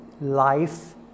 life